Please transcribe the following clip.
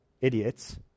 idiots